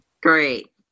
Great